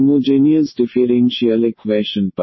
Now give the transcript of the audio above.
homogeneous differential equation पर